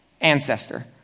ancestor